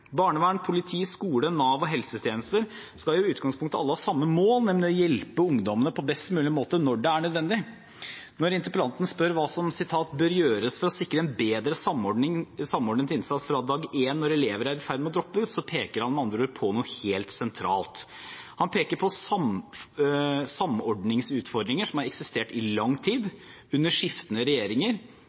Barnevern, politi, skole, Nav og helsetjenester skal i utgangspunktet alle ha samme mål, nemlig å hjelpe ungdommene på best mulig måte når det er nødvendig. Når interpellanten spør om hva som «bør gjøres for å sikre en bedre samordnet innsats fra dag én når elever er i ferd med å droppe ut», peker han med andre ord på noe helt sentralt. Han peker på samordningsutfordringer som har eksistert i lang tid, under skiftende regjeringer,